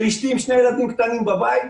מאשתי שיושבת עם שני ילדים קטנים בבית,